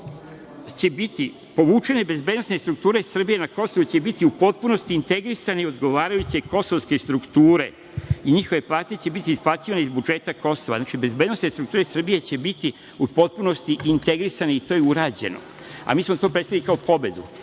će biti povučene bezbednosne strukture Srbije na Kosovu i biće u potpunosti integrisane u odgovarajuće kosovske strukture i njihove plate će biti isplaćivane iz budžeta Kosova. Znači, bezbednosne strukture Srbije će biti u potpunosti integrisane, i to je urađeno, a mi smo to predstavili kao pobedu. Još